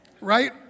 Right